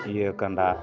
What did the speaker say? ᱤᱭᱟᱹ ᱠᱟᱸᱰᱟ